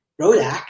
Rodak